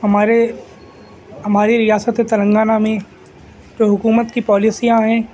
ہمارے ہماری ریاست تلنگانہ میں جو حکومت کی پالیسیاں ہیں